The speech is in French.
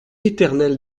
éternel